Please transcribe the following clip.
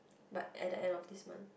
but at the end of this month